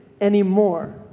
anymore